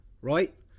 Right